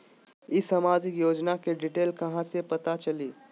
ई सामाजिक योजना के डिटेल कहा से पता चली?